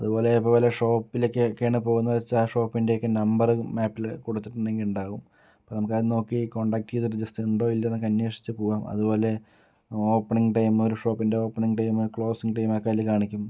അതുപോലെ ഇപ്പം വല്ല ഷോപ്പിലേക്ക് ഒക്കെയാണ് പോകുന്നത് വച്ചാൽ ആ ഷോപ്പിൻ്റെ ഒക്കെ നമ്പറ് മേപിൽ കൊടുത്തിട്ടുണ്ടെങ്കിൽ ഉണ്ടാകും അപ്പം നമുക്ക് അത് നോക്കി കോൺടാക്റ്റ് ചെയ്തിട്ട് ജസ്റ്റ് ഉണ്ടോ ഇല്ലയോ എന്നൊക്കെ അന്വേഷിച്ച് പോകാം അതുപോലെ ഓപ്പണിങ് ടൈമ് ഒരു ഷോപ്പിൻ്റെ ഓപ്പണിങ് ടൈമ് ക്ലോസിങ് ടൈമ് ഒക്കെ അതിൽ കാണിക്കും